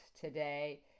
today